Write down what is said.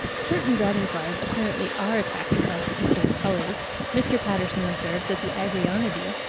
certain dragon-flies apparently are attracted by particular colours mr. patterson observed that the agrionidae,